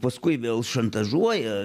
paskui vėl šantažuoja